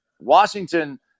Washington